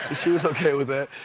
she was okay with that.